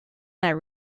that